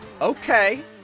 Okay